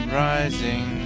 rising